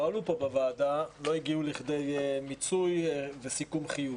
עלו כאן בוועדה לא הגיעו לכדי מיצוי וסיכום חיובי.